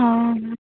हां